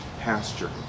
pasture